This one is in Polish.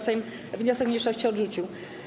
Sejm wniosek mniejszości odrzucił.